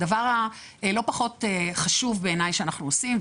הדבר הלא פחות חשוב בעיניי שאנחנו עושים,